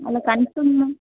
ಅಲ್ಲ ಕನ್ಫಮ್